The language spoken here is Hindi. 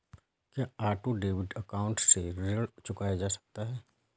क्या ऑटो डेबिट अकाउंट से ऋण चुकाया जा सकता है?